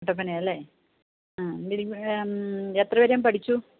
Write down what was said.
കട്ടപ്പനയാണല്ലെ ആ എത്ര വരെയും പഠിച്ചു